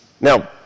Now